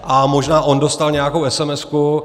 A možná on dostal nějakou esemesku.